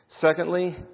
Secondly